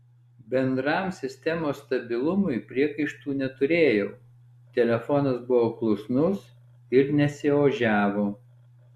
bendram sistemos stabilumui priekaištų neturėjau telefonas buvo klusnus ir nesiožiavo